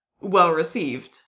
well-received